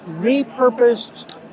repurposed